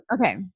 okay